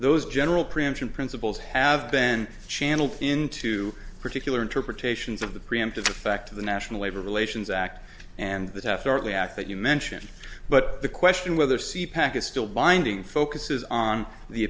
those general preemption principles have been channeled into particular interpretations of the preemptive effect to the national labor relations act and the theft artley act that you mention but the question whether c packet still binding focuses on the